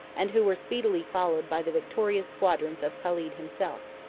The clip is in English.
and who were speedily followed by the victorious squadrons of caled himself.